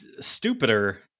Stupider